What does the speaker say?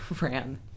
ran